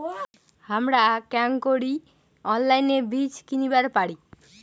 হামরা কেঙকরি অনলাইনে বীজ কিনিবার পারি?